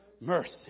mercy